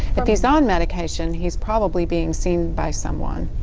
if he's on medication he's probably being seen by someone.